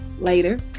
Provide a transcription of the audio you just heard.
later